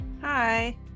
Hi